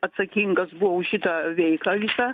atsakingas buvo už šitą veiklą visą